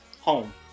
home